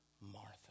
Martha